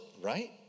Right